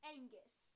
Angus